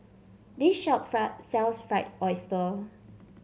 this shop fry sells Fried Oyster